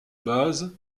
base